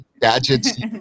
gadgets